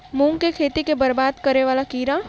मूंग की खेती केँ बरबाद करे वला कीड़ा?